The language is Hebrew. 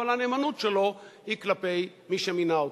אבל הנאמנות שלו היא כלפי מי שמינה אותו.